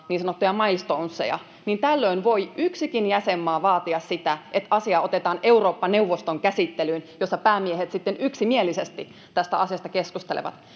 niin sanottuja ”milestoneseja”, niin tällöin voi yksikin jäsenmaa vaatia sitä, että asia otetaan Eurooppa-neuvoston käsittelyyn, jossa päämiehet sitten yksimielisesti tästä asiasta keskustelevat.